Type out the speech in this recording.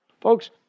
Folks